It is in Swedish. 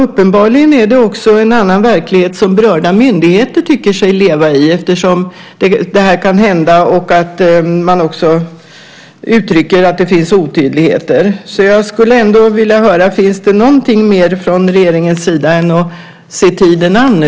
Uppenbarligen är det också en annan verklighet som berörda myndigheter tycker sig leva i eftersom det här kan hända och man också uttrycker att det finns otydligheter. Jag skulle ändå vilja höra om det kommer något mer från regeringens sida än att vi ska se tiden an nu.